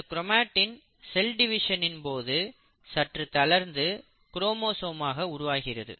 இந்த chromatin cell டிவிஷனின் போது சற்று தளர்ந்து குரோமோசோம்ஸ் ஆக உருவாகிறது